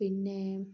പിന്നെ